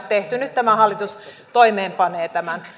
tehty nyt tämä hallitus toimeenpanee tämän